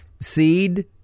seed